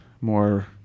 more